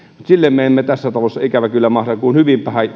sille me emme tässä talossa ikävä kyllä mahda kuin hyvin